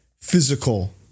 physical